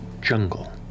jungle